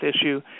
issue